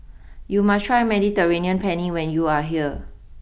you must try Mediterranean Penne when you are here